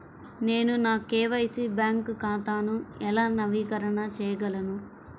నేను నా KYC bank ఖాతాను ఎలా నవీకరణ చేయగలను?